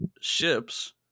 ships